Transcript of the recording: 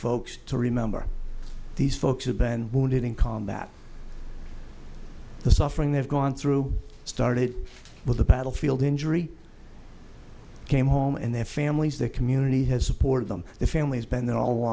folks to remember these folks have been wounded in combat the suffering they've gone through started with a battlefield injury came home and their families their community has supported them the family's been there all